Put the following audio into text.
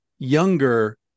younger